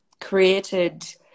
created